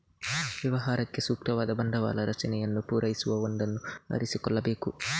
ವ್ಯವಹಾರಕ್ಕೆ ಸೂಕ್ತವಾದ ಬಂಡವಾಳ ರಚನೆಯನ್ನು ಪೂರೈಸುವ ಒಂದನ್ನು ಆರಿಸಿಕೊಳ್ಳಬೇಕು